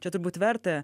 čia turbūt verta